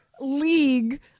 league